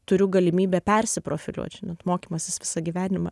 turiu galimybę persiprofiliuot žinot mokymasis visą gyvenimą